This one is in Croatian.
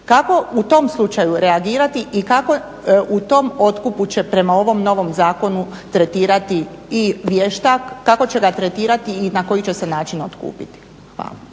Kako u tom slučaju reagirati i kako u tom otkupu će prema ovog novom zakonu tretirati i vještak, kako će ga tretirati i na koji će se način otkupiti? Hvala.